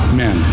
men